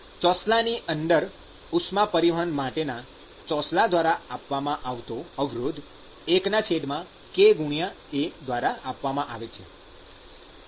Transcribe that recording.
ચોસલાની અંદર ઉષ્મા પરિવહન માટેના ચોસલા દ્વારા આપવામાં આવતો અવરોધ 1kA દ્વારા આપવામાં આવે છે